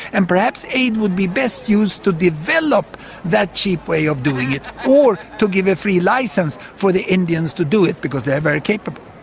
and perhaps aid would be best used to develop that cheap way of doing it, or to give a free licence for the indians to do it, because they're very capable.